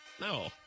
no